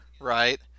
right